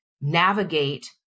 navigate